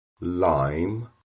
Lime